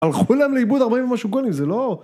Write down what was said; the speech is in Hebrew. הלכו להם לאיבוד 40 משהו גונים זה לא